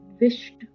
wished